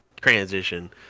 transition